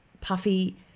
Puffy –